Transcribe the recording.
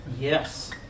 Yes